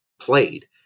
played